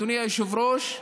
אדוני היושב-ראש,